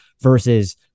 versus